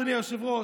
אדוני היושב-ראש,